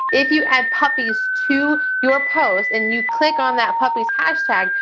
if you add puppies to your post and you click on that puppies hashtag,